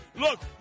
look